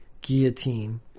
guillotine